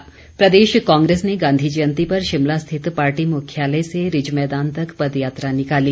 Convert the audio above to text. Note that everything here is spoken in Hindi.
कांग्रेस समारोह प्रदेश कांग्रेस ने गांधी जयंती पर शिमला स्थित पार्टी मुख्यालय से रिज मैदान तक पद यात्रा निकाली